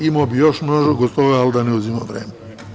Imao bih još mnogo toga, ali da ne oduzimam vreme.